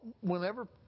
whenever